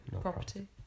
Property